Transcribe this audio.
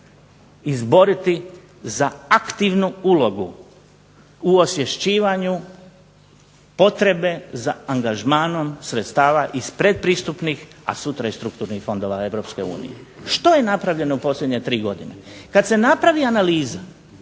izboriti za aktivnu ulogu u osvješćivanju potrebe za angažmanom sredstava iz predpristupnih, a sutra i strukturnih fondova EU. Što je napravljeno u posljednje 3 godine? Kad se napravi analiza